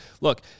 look